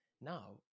now